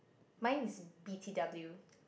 mine is B_T_W